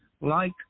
like-